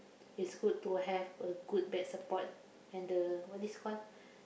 it's good to have a good back support and the what this call